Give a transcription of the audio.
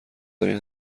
دارین